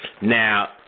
Now